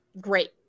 great